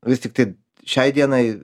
vis tiktai šiai dienai